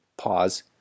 pause